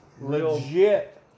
legit